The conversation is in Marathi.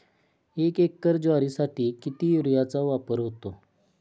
एक एकर ज्वारीसाठी किती युरियाचा वापर होतो?